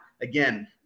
Again